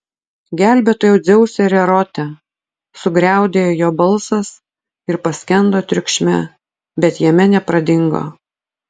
gelbėtojau dzeuse ir erote sugriaudėjo jo balsas ir paskendo triukšme bet jame nepradingo